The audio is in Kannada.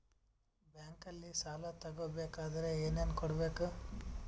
ಬ್ಯಾಂಕಲ್ಲಿ ಸಾಲ ತಗೋ ಬೇಕಾದರೆ ಏನೇನು ಕೊಡಬೇಕು?